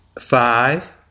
Five